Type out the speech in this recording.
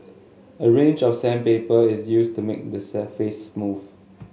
a range of sandpaper is used to make the surface smooth